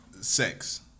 Sex